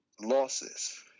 losses